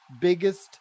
biggest